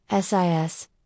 SIS